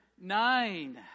nine